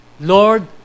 Lord